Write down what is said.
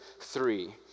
three